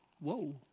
Whoa